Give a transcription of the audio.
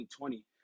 2020